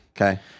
Okay